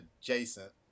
adjacent